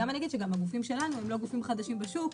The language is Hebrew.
אני גם אומר שהגופים שלנו הם לא גופים חדשים בשוק.